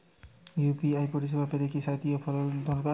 UPI পরিসেবা পেতে কি জাতীয় ফোন দরকার?